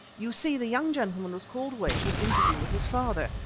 you see, the young gentleman was called away to an interview with his father.